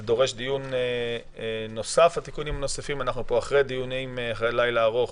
שהתיקונים הנוספים דורשים דיון נוסף ואנחנו אחרי לילה ארוך